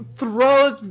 throws